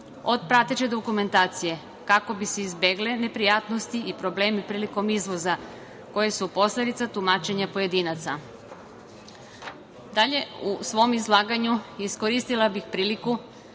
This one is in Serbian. od prateće dokumentacije kako bi se izbegle neprijatnosti i problemi prilikom izvoza koje su posledica tumačenja pojedinaca. Dalje, u svom izlaganju iskoristila bih priliku